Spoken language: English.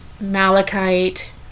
malachite